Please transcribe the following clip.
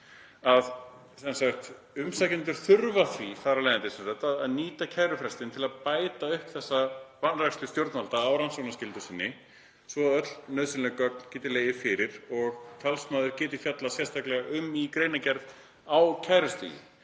Umsækjendur þurfa þar af leiðandi að nýta kærufrestinn til að bæta upp þessa vanrækslu stjórnvalda á rannsóknarskyldu sinni svo að öll nauðsynleg gögn geti legið fyrir og talsmaður geti fjallað sérstaklega um þau í greinargerð á kærustigi.